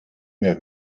mehr